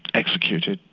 executed,